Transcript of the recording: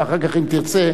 ואחר כך אם תרצה,